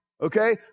Okay